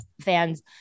fans